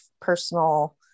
personal